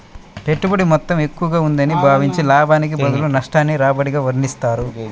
పెట్టుబడి మొత్తం ఎక్కువగా ఉందని భావించి, లాభానికి బదులు నష్టాన్ని రాబడిగా వర్ణిస్తారు